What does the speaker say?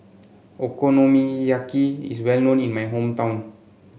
Okonomiyaki is well known in my hometown